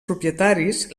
propietaris